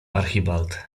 archibald